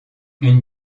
une